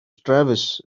travis